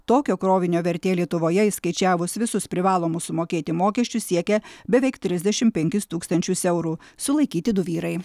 tokio krovinio vertė lietuvoje įskaičiavus visus privalomus sumokėti mokesčius siekia beveik trisdešimt penkis tūkstančius eurų sulaikyti du vyrai